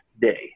day